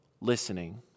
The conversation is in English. listening